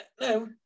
No